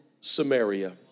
Samaria